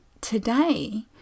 today